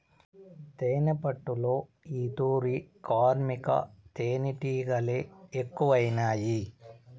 తేనెపట్టులో ఈ తూరి కార్మిక తేనీటిగలె ఎక్కువైనాయి